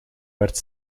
werd